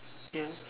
ya